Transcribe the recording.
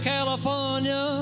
California